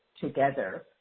together